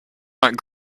not